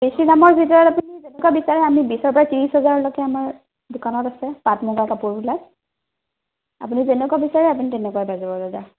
বেছি দামৰ ভিতৰত আপুনি যেনেকুৱা বিচাৰে আমি বিশৰ পৰা ত্ৰিশ হাজাৰলৈকে আমাৰ দোকানত আছে পাট মুগাৰ কাপোৰবিলাক আপুনি যেনেকুৱা বিচাৰে আপুনি তেনেকুৱাই পাই যাব দাদা